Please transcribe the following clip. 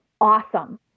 awesome